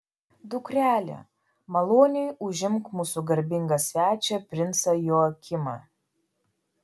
dukrele maloniai užimk mūsų garbingą svečią princą joakimą